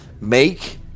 make